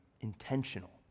intentional